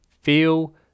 feel